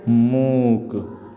मूक